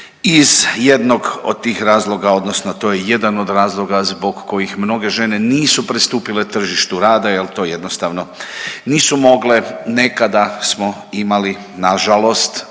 iz jednog od tih razloga, odnosno to je jedan od razloga zbog kojih mnoge žene nisu pristupile tržištu rada jer to jednostavno nisu mogle, nekada smo imali nažalost,